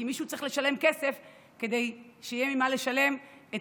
כי מישהו צריך לשלם כסף כדי שיהיה ממה לשלם את